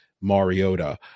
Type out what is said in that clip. Mariota